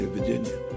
Virginia